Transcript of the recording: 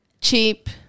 cheap